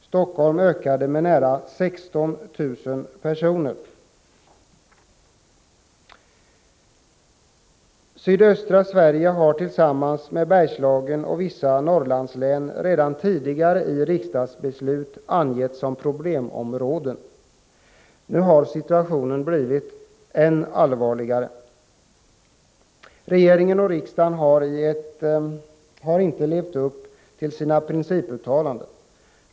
Helsingfors ökade med nära 16 000 personer. Sydöstra Sverige har, tillsammans med Bergslagen och vissa Norrlandslän, redan tidigare i riksdagsbeslut angetts som problemområden. Nu har situationen blivit än allvarligare. Regering och riksdag har inte levt upp till sina principuttalanden.